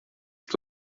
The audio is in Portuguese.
que